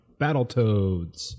Battletoads